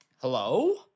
Hello